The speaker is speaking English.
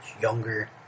younger